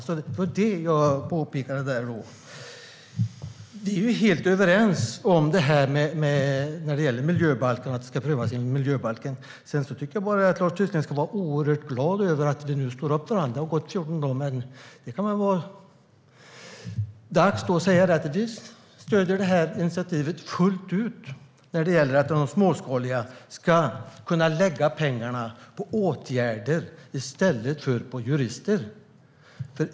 Det var det jag påpekade. Vi är helt överens om att prövning ska ske enligt miljöbalken. Sedan tycker jag bara att Lars Tysklind ska vara oerhört glad över att vi nu står upp för detta. Det har gått 14 dagar, men det kan väl vara dags att säga att vi stöder detta initiativ fullt ut. Inom den småskaliga vattenkraften ska man kunna lägga pengarna på åtgärder i stället för på jurister.